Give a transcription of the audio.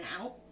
out